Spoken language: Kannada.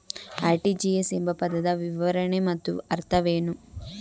ಆರ್.ಟಿ.ಜಿ.ಎಸ್ ಎಂಬ ಪದದ ವಿವರಣೆ ಮತ್ತು ಅರ್ಥವೇನು?